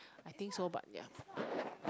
I think so but ya